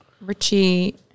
Richie